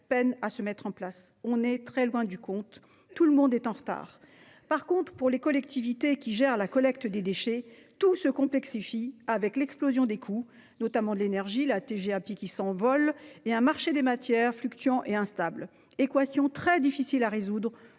peinent à se mettre en place. On est donc très loin du compte. Tout le monde est en retard. De plus, pour les collectivités qui gèrent la collecte des déchets, tout se complexifie avec l'explosion des coûts, notamment de l'énergie, avec la TGAP qui s'envole et un marché des matières fluctuant et instable. L'équation est très difficile à résoudre